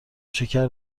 شکر